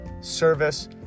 service